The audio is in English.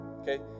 okay